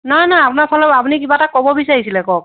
নাই নাই আপোনাৰ ফালত আপুনি কিবা এটা ক'ব বিচাৰিছিলে কওক